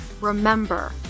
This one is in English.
remember